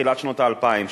בתחילת שנות האלפיים,